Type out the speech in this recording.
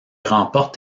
remporte